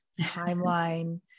timeline